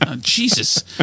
Jesus